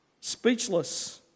Speechless